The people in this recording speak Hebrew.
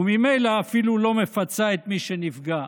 וממילא אפילו לא מפצה את מי שנפגע.